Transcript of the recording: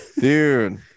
dude